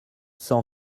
cent